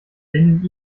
binnen